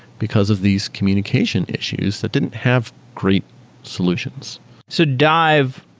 because of these communication issues that didn't have great solutions so dive,